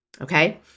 Okay